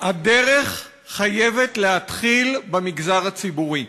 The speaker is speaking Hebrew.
והדרך חייבת להתחיל במגזר הציבורי.